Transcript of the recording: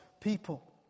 people